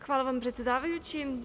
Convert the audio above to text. Hvala vam predsedavajući.